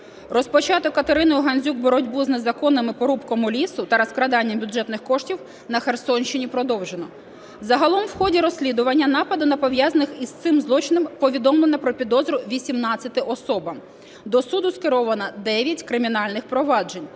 Розпочату Катериною Гандзюк боротьбу з незаконними порубками лісу та розкраданням бюджетних коштів на Херсонщині продовжено. Загалом в ході розслідування нападу на пов'язаних із цим злочином, повідомлено про підозру 18 особам, до суду скеровано 9 кримінальних проваджень,